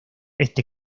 este